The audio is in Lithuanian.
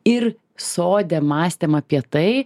ir sode mąstėm apie tai